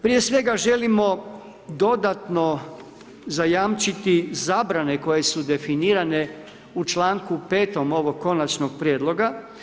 Prije svega želimo dodatno zajamčiti zabrane koje su definirane u članku 5. ovog Konačnog prijedloga.